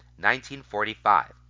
1945